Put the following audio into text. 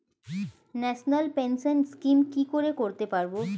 National pension scheme কি করে করতে পারব?